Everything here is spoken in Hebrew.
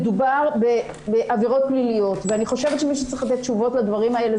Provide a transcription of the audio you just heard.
מדובר בעבירות פליליות ואני חושבת שמי שצריך לתת תשובות על האלה,